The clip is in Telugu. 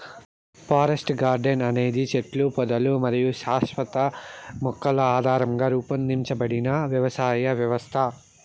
ఫారెస్ట్ గార్డెన్ అనేది చెట్లు, పొదలు మరియు శాశ్వత మొక్కల ఆధారంగా రూపొందించబడిన వ్యవసాయ వ్యవస్థ